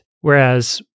whereas